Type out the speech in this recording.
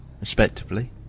respectively